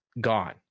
gone